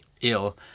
ill